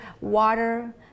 water